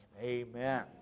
amen